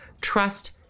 trust